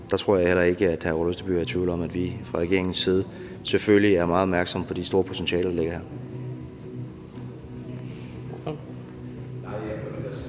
der tror jeg heller ikke, at hr. Ola Østerby er i tvivl om, at vi fra regeringens side selvfølgelig er meget opmærksomme på de store potentialer, der ligger her.